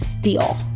deal